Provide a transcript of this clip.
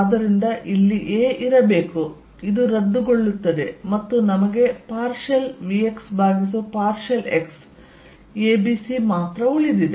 ಆದ್ದರಿಂದ ಇಲ್ಲಿ 'a' ಇರಬೇಕು ಇದು ರದ್ದುಗೊಳ್ಳುತ್ತದೆ ಮತ್ತು ನಮಗೆ ಪಾರ್ಷಿಯಲ್ vx ಭಾಗಿಸು ಪಾರ್ಷಿಯಲ್ x abc ಮಾತ್ರ ಉಳಿದಿದೆ